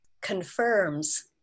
confirms